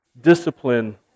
discipline